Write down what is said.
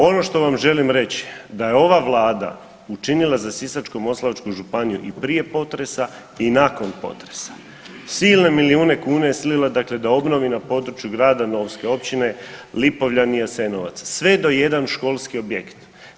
Ono što vam želim reći da je ova Vlada učinila za Sisačko-moslavačku županiju i prije potresa i nakon potresa silne milijune kuna je slila dakle da obnovi na području grada Novske, općine Lipovljani i Jasenovac sve do jedan školski objekt.